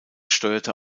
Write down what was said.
steuerte